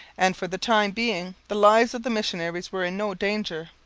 and for the time being the lives of the missionaries were in no danger.